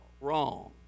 wrong